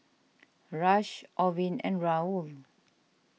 Rush Orvin and Raul